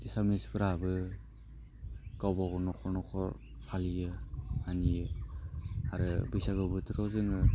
एसामिसफ्राबो गावबा गाव नखर नखर फालियो मानियो आरो बैसागो बोथोरखौ जोङो